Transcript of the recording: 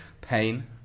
pain